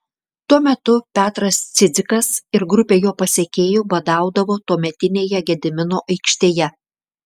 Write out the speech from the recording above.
tuo metu petras cidzikas ir grupė jo pasekėjų badaudavo tuometinėje gedimino aikštėje